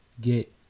get